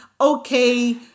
okay